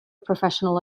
professional